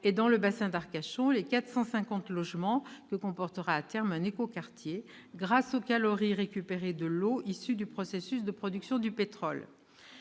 et, dans le bassin d'Arcachon, les 450 logements que comportera à terme un écoquartier, grâce aux calories récupérées de l'eau issue du processus de production du pétrole.